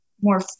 more